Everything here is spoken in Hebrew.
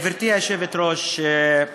גברתי היושבת-ראש,